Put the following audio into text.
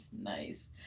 Nice